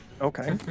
Okay